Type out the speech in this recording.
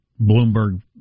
Bloomberg